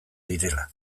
direla